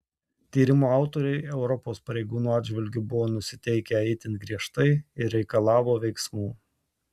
tyrimo autoriai europos pareigūnų atžvilgiu buvo nusiteikę itin griežtai ir reikalavo veiksmų